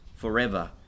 forever